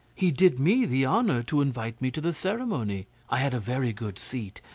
he did me the honour to invite me to the ceremony. i had a very good seat,